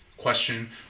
question